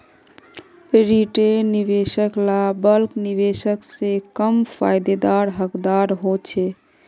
retail निवेशक ला bulk निवेशक से कम फायेदार हकदार होछे